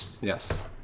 yes